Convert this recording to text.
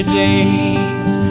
days